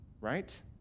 right